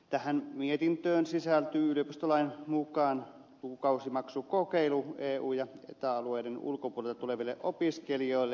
tähän mietintöön sisältyy yliopistolain mukaisesti lukukausimaksukokeilu eu ja eta alueiden ulkopuolelta tuleville opiskelijoille